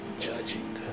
judging